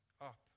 up